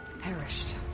Perished